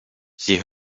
sie